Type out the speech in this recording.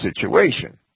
situation